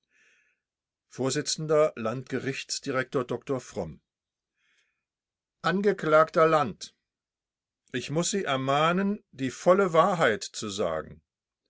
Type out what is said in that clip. vorsitzender landgerichtsdirektor dr fromm angeklagter land ich muß sie ermahnen die volle wahrheit zu sagen